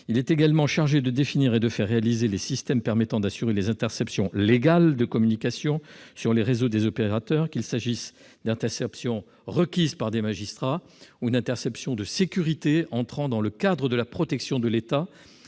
Il est également chargé de définir et de faire réaliser des systèmes permettant d'assurer les interceptions légales de communications sur les réseaux des opérateurs, qu'il s'agisse d'interceptions requises par des magistrats ou d'interceptions de sécurité entrant dans le cadre de la protection de l'État